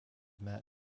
met